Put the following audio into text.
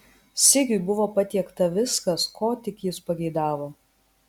sigiui buvo patiekta viskas ko tik jis pageidavo